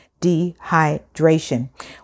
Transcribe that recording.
dehydration